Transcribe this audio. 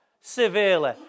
severely